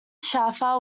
shaffer